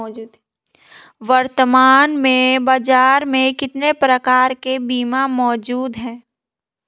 वर्तमान में बाज़ार में कितने प्रकार के बीमा मौजूद हैं?